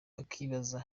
bakibaza